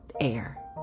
air